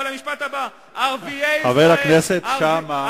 אבל המשפט הבא: ערביי ישראל, חבר הכנסת שאמה.